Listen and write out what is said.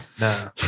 no